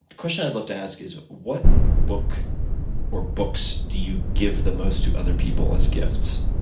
question i'd love to ask is what book or books do you give the most to other people as gifts?